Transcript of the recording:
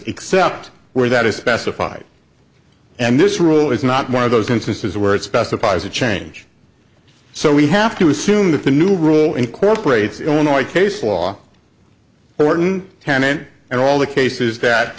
except where that is specified and this rule is not one of those instances where it specifies a change so we have to assume that the new rule incorporates illinois case law thorton tenant and all the cases that